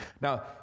Now